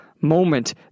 moment